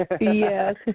Yes